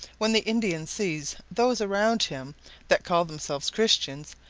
when the indian sees those around him that call themselves christians,